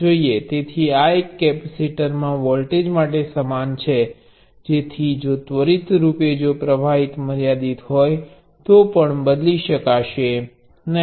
તેથી આ એક કેપેસિટરમાં વોલ્ટેજ માટે સમાન છે જેથી જો ત્વરિત રૂપે જો પ્ર્વાહ મર્યાદિત હોય તો પણ બદલી શકાશે નહીં